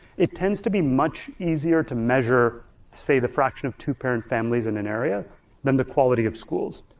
it tends to be much easier to measure say the fraction of two-parent families in an area than the quality of schools.